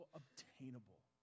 obtainable